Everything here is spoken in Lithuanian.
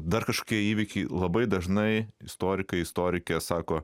dar kažkokie įvykiai labai dažnai istorikai istorikė sako